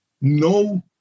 no